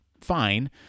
fine